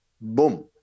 boom